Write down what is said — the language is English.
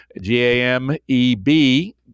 G-A-M-E-B